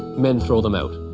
men throw them out.